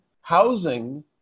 housing